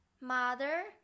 mother